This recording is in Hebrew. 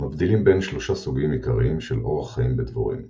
מבדילים בין שלושה סוגים עיקריים של אורח חיים בדבורים